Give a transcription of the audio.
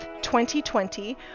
2020